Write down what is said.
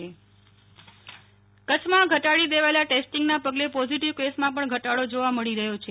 Nehal Thakkar Kutch corona કચ્છમાં ઘટાડી દેવાયેલા ટેસ્ટીંગના પગલે પોઝીટીવ કેસમાં પણ ઘટાડો જોવા મળી રહ્યો છે